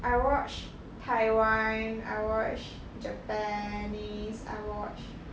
I watched taiwan I watched japanese I watched